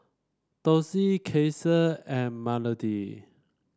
Dossie Kasey and Melodee